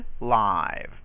live